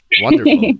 Wonderful